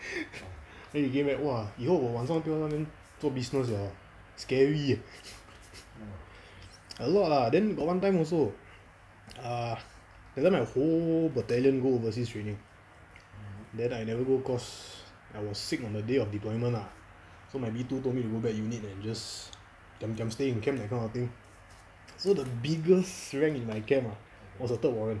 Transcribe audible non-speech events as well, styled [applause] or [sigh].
[laughs] then he came back !wah! 以后我晚上不要在那一边做 business liao scary eh a lot ah than got one time also err that time my whole battalion go overseas training then I never go cause I was sick on the day of deployment ah so my B two told me go back unit and just diam diam stay in camp that kind of thing so the biggest rank in my camp ah was a third warrant